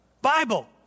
Bible